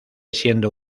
siendo